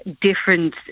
different